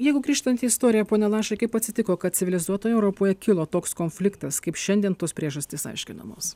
jeigu grįžtant į istoriją pone lašai kaip atsitiko kad civilizuotoje europoje kilo toks konfliktas kaip šiandien tos priežastys aiškinamos